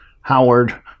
Howard